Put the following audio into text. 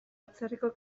atzerriko